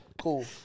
Cool